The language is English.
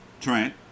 Trent